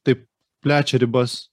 tai plečia ribas